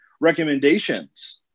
recommendations